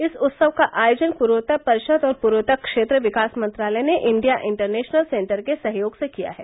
इस उत्सव का आयोजन पूर्वोत्तर परिषद और पूर्वोत्तर क्षेत्र विकास मंत्रालय ने इंडिया इंटरनेशनल सेंटर के सहयोग से किया है